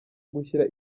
gushyira